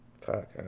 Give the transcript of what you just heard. Fuck